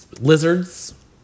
lizards